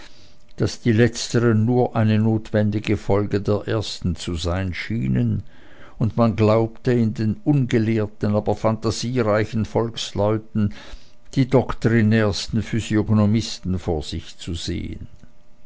daß die letzten nur eine notwendige folge der ersten zu sein schienen und man glaubte in den ungelehrten aber phantasiereichen volksleuten die doktrinärsten physiognomisten vor sich zu sehen